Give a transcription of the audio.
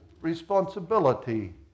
responsibility